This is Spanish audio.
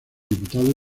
diputado